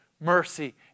mercy